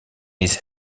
his